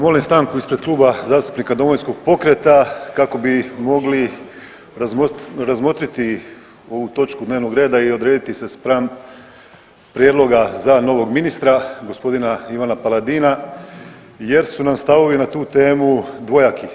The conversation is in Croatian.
Molim stanku ispred Kluba zastupnika Domovinskog pokreta kako bi mogli razmotriti ovu točku dnevnog reda i odrediti se spram prijedloga za novog ministra g. Ivana Paladina jer su nam stavovi na tu temu dvojaki.